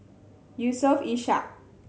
Yusof Ishak